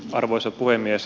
arvoisa puhemies